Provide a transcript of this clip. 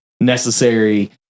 necessary